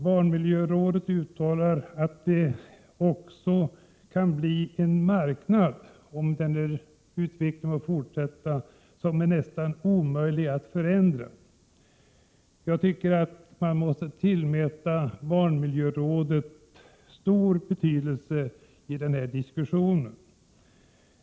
Barnmiljörådet uttalar också att det om denna utveckling får fortsätta kan bli fråga om en marknad som är nästan omöjlig att förändra. Jag tycker att man måste tillmäta barnmiljörådets synpunkter stor betydelse i detta sammanhang.